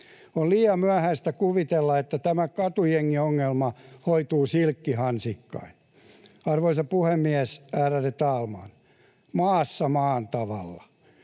On liian myöhäistä kuvitella, että tämä katujengiongelma hoituu silkkihansikkain. Arvoisa puhemies! Ärade talman! Maassa maan tavalla.